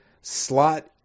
Slot